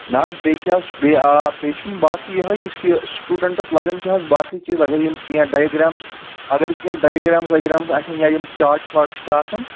نہ حظ بیٚیہِ کیاہ حظ چھُ بیٚیہِ آ بیٚیہِ چھِ باقٕے یِہے یُس یہِ سٹوڈنٹس لَگان چھ حظ باقٕے چیٖز اگر یِم کیٚنٛہہ ڈایگرامٕز اگر کیٚنٛہہ ڈایگرامٕز وایگرامٕزآسن یا یِم چاٹس واٹس چھِ آسان